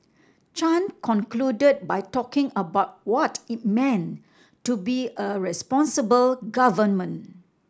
Chan concluded by talking about what it meant to be a responsible government